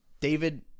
David